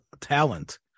talent